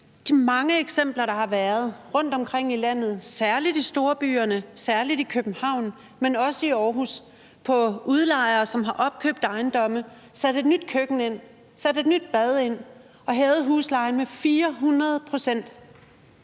mange eksempler rundtomkring i landet – særlig i storbyerne, særlig i København, men også i Aarhus – på udlejere, som har opkøbt ejendomme, sat et nyt køkken ind, sat et nyt bad ind og hævet huslejen med 400 pct.